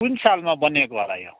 कुन सालमा बनिएको होला यो